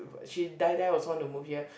she die die also want to move here